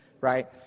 right